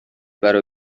برای